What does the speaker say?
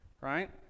right